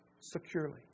securely